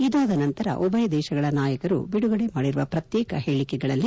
ಇದಾದ ನಂತರ ಉಭಯ ದೇಶಗಳ ನಾಯಕರು ಬಿಡುಗಡೆ ಮಾಡಿರುವ ಪ್ರತ್ಯೇಕ ಹೇಳಕೆಗಳಲ್ಲಿ